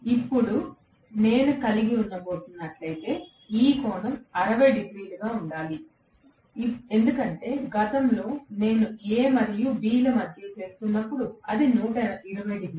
ఇప్పుడు నేను కలిగి ఉండబోతున్నట్లయితే ఈ కోణం 60 గా ఉండాలి ఎందుకంటే గతంలో నేను A మరియు B ల మధ్య చేస్తున్నప్పుడు అది 120 డిగ్రీలు